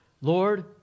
Lord